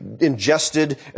ingested